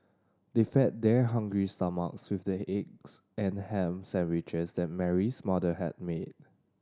they fed their hungry stomachs with the eggs and ham sandwiches that Mary's mother had made